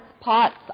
pots